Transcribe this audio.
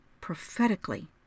prophetically